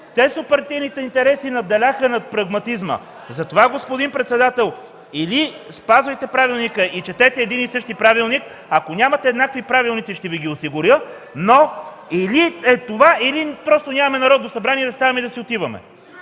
теснопартийните интереси надделяха над прагматизма. Затова, господин председател, или спазвайте правилника и четете един и същи правилник, ако нямате еднакви правилници ще Ви ги осигуря, но или това, или нямаме Народно събрание. Да ставаме и да си отиваме